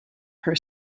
her